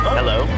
Hello